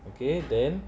ya okay then